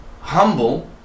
Humble